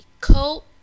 coat